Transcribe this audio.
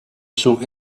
sont